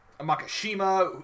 Makashima